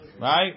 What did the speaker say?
right